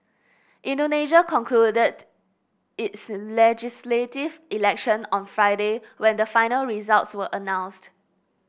Indonesia concluded its legislative election on Friday when the final results were announced